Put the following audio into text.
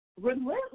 Relentless